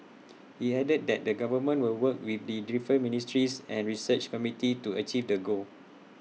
he added that the government will work with the different ministries and research community to achieve the goal